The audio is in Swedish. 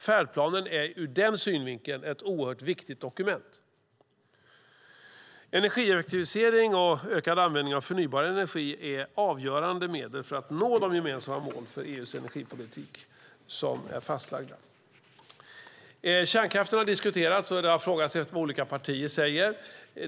Färdplanen är ur den synvinkeln ett oerhört viktigt dokument. Energieffektivisering och ökad användning av förnybar energi är avgörande medel för att nå de gemensamma mål för EU:s energipolitik som är fastlagda. Kärnkraften har diskuterats, och det har frågats vad olika partier säger.